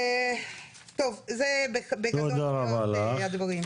טוב, זה בגדול כל הדברים.